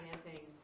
financing